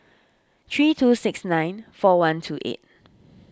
three two six nine four one two eight